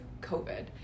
COVID